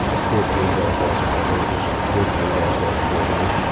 fourteen days loss of privileges, fourteen days loss of radio,